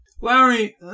Larry